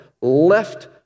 left